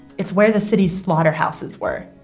it's where the city's slaughterhouses were,